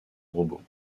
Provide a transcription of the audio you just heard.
robots